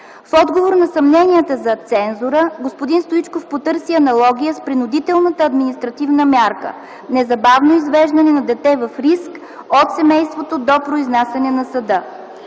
В отговор на съмненията за „цензура”, господин Стоичков потърси аналогия с принудителната административна мярка – незабавно извеждане на дете в риск от семейството до произнасяне на съда.